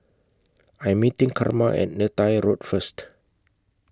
I'm meeting Carma At Neythai Road First